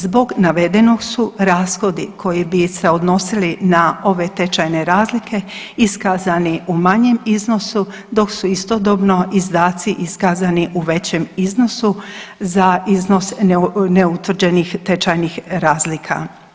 Zbog navedenog su rashodi koji bi se odnosili na ove tečajne razlike iskazani u manjem iznosu dok su istodobno izdaci iskazani u većem iznosu za iznos neutvrđenih tečajnih razlika.